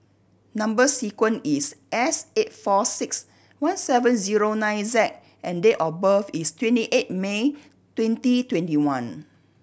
number sequence is S eight four six one seven zero nine Z and date of birth is twenty eight May twenty twenty one